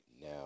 Now